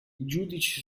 giudici